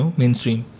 mainstream